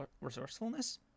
resourcefulness